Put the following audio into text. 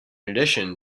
addition